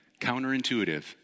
counterintuitive